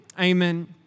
amen